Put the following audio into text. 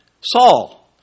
Saul